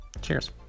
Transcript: cheers